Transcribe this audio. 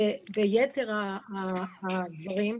ביתר הדברים,